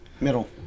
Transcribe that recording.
Middle